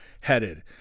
headed